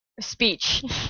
speech